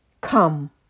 Come